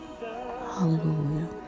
Hallelujah